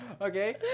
Okay